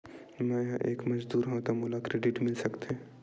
मैं ह एक मजदूर हंव त का मोला क्रेडिट मिल सकथे?